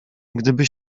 gdyby